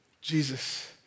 Jesus